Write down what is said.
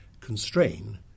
constrain